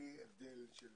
בלי הבדל של